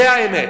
זו האמת,